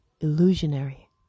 illusionary